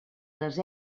les